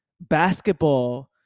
basketball